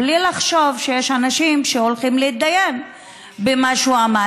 בלי לחשוב שיש אנשים שהולכים להתדיין במה שהוא אמר.